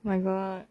my god